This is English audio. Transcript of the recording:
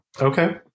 Okay